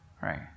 Right